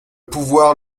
pouvoir